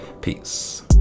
Peace